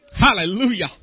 Hallelujah